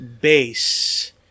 base